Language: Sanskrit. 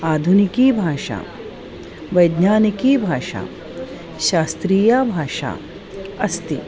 आधुनिकी भाषा वैज्ञानिकी भाषा शास्त्रीया भाषा अस्ति